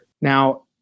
Now